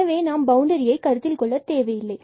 எனவே நாம் பவுண்டரியை கருத்தில் கொள்ளவில்லை